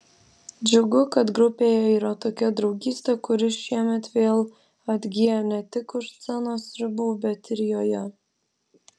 džiugu kad grupėje yra tokia draugystė kuri šiemet vėl atgyja ne tik už scenos ribų bet ir joje